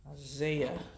Isaiah